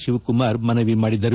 ಶಿವಕುಮಾರ್ ಮನವಿ ಮಾಡಿದರು